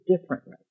differently